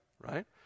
right